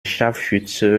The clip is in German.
scharfschütze